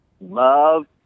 love